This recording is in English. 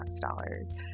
dollars